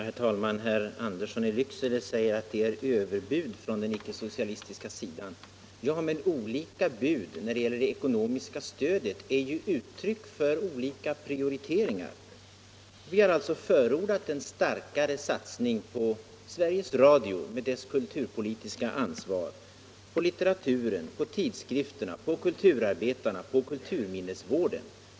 Herr talman! Herr Andersson i Lycksele säger att det är fråga om överbud från den icke-socialistiska sidan. Men olika bud när det gäller det ekonomiska stödet är ju uttryck för olika prioriteringar. Vi har alltså förordat en starkare satsning på Sveriges Radio med dess kulturpolitiska ansvar, på litteraturen, på tidskrifterna, på kulturarbetarna och på kulturminnesvården.